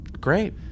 Great